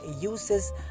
uses